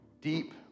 deep